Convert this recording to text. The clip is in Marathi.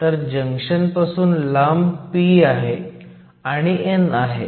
तर जंक्शन पासून लांब p आहे आणि n आहे